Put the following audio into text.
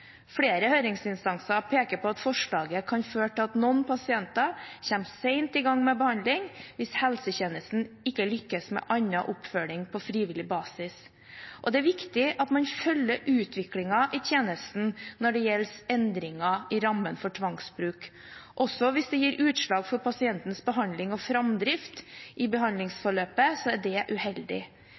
Flere høringsinstanser peker på at forslaget kan føre til at noen pasienter kommer sent i gang med behandling hvis helsetjenesten ikke lykkes med annen oppfølging på frivillig basis. Det er viktig at man følger utviklingen i tjenesten når det gjelder endringer i rammene for tvangsbruk. Også hvis det gir utslag for pasientens behandling og framdrift i behandlingsforløpet, er det uheldig.